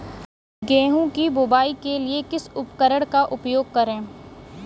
गेहूँ की बुवाई के लिए किस उपकरण का उपयोग करें?